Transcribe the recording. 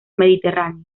mediterráneo